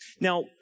now